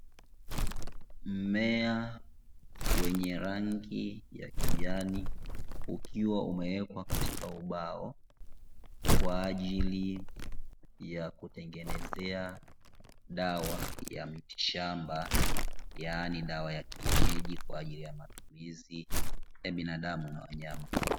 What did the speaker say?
Mmea wenye rangi ya kijani ukiwa umewekwa katika ubao kwaajili ya kutengeneza dawa ya miti shamba, yaani dawa ya kienyeji kwaajili ya matumizi ya binadamu na wanyama.